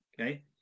okay